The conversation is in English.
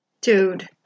Dude